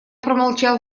промолчал